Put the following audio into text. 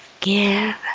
Give